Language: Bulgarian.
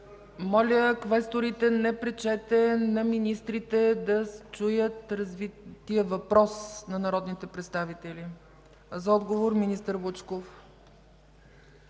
Моля, квесторите, не пречете на министрите да чуят развития въпрос на народните представители. За отговор – министър Вучков.